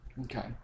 Okay